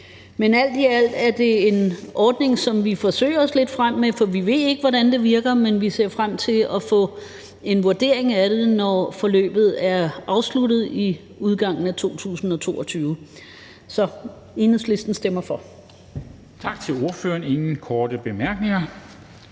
Alt i alt er det en ordning, som vi forsøger os lidt frem med, for vi ved ikke, hvordan det virker, men vi ser frem til at få en vurdering af det, når forløbet er afsluttet ved udgangen af 2022. Så Enhedslisten stemmer for. Kl. 13:36 Formanden